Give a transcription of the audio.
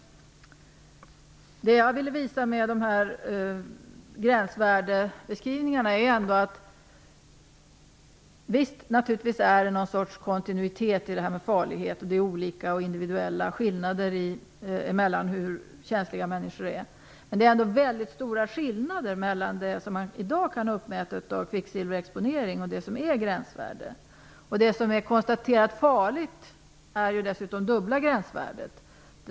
Naturligtvis finns det någon sorts kontinuitet i farligheten, och det finns individuella skillnader mellan hur känsliga människor är. Men det jag vill visa med de här gränsvärdebeskrivningarna är att det ändå är väldigt stora skillnader mellan det som man i dag kan uppmmäta av kvicksilverexponering och det som är gränsvärde. Man har dessutom konstaterat att det är det dubbla gränsvärdet som är farligt.